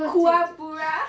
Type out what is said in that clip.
kurabura